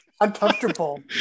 Uncomfortable